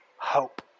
hope